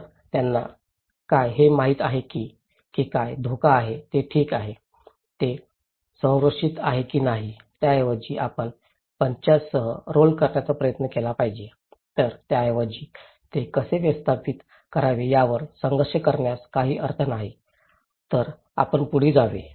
तर त्यांना काय हे माहित नाही की काय धोका आहे ते ठीक आहे ते संरक्षित आहे की नाही त्याऐवजी आपण पंचांसह रोल करण्याचा प्रयत्न केला पाहिजे तर त्याऐवजी ते कसे व्यवस्थापित करावे यावर संघर्ष करण्यास काही अर्थ नाही तर आपण पुढे जावे